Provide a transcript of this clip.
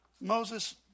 Moses